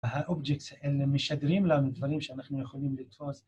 וה-objects הם משדרים לנו דברים שאנחנו יכולים לתפוס